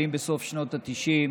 אם בסוף שנות התשעים